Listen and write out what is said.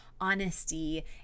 honesty